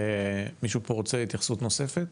מישהו פה רוצה התייחסות נוספת?